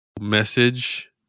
message